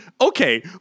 okay